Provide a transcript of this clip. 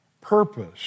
purpose